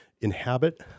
inhabit